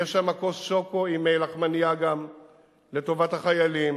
יהיה שם כוס שוקו עם לחמנייה גם לטובת החיילים,